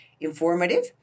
informative